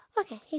Okay